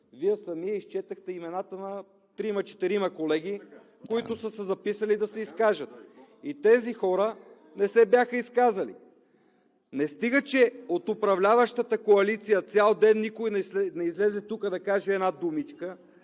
Вие сами изчетохте имената на трима-четирима колеги, които са се записали да се изкажат и тези хора не се бяха изказали. Не стига че от управляващата коалиция цял ден никой не излезе тук да каже една думичка,